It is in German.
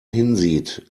hinsieht